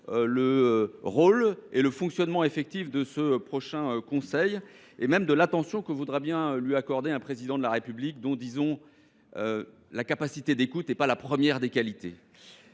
le rôle et le fonctionnement effectif de ce prochain conseil, et même sur l’attention que voudra bien lui accorder un Président de la République dont la capacité d’écoute n’est pas la première des qualités.